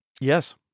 Yes